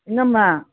ꯏꯅꯝꯃ